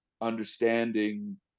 understanding